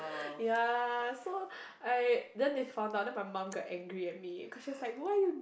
ya so I then they found out then my mom got angry at me cause she was like why you